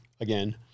again